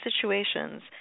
situations